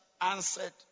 answered